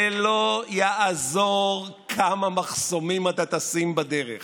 זה לא יעזור כמה מחסומים אתה תשים בדרך.